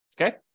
Okay